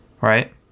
Right